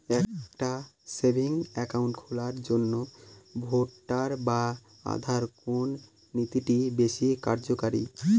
একটা savings account খোলার জন্য ভোটার বা আধার কোন নথিটি বেশী কার্যকরী?